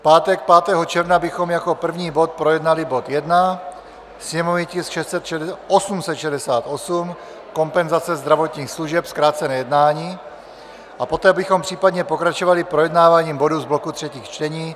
v pátek 5. června bychom jako první bod projednali bod 1, sněmovní tisk 868, kompenzace zdravotních služeb, zkrácené jednání, a poté bychom případně pokračovali projednáváním bodů z bloku třetích čtení.